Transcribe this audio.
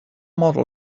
model